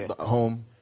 home